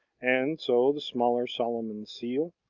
and so the smaller solomon's seal,